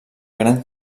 grans